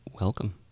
welcome